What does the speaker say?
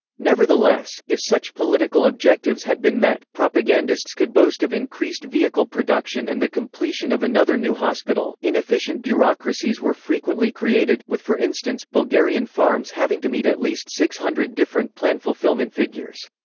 nevertheless, if such political objectives had been met, propagandists could boast of increased vehicle production and the completion of another new hospital inefficient bureaucracies were frequently created, with for instance, bulgarian farms having to meet at least six hundred different plan fulfillment figures.